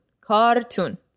Cartoon